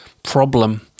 problem